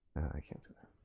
i can't do that.